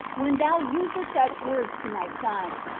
when thou usest such words to my son,